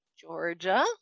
Georgia